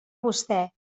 vostè